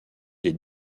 les